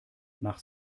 nach